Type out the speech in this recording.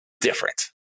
different